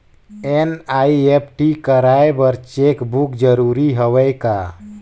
NEFT कराय बर cheque book जरूरी हवय का?